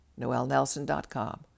noelnelson.com